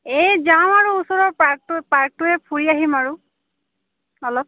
এই যাওঁ আৰু ওচৰৰ পাৰ্কটো পাৰ্কটোৱে ফুৰি আহিম আৰু অলপ